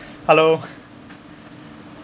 hello